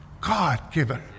God-given